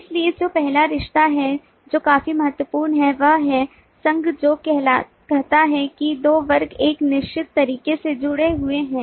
इसलिए जो पहला रिश्ता है जो काफी महत्वपूर्ण है वह है संघ जो कहता है कि दो वर्ग एक निश्चित तरीके से जुड़े हुए हैं